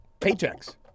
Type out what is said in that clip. paychecks